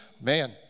Man